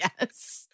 Yes